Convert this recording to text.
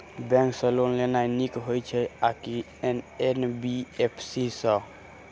Bank सँ loan लेनाय नीक होइ छै आ की एन.बी.एफ.सी सँ?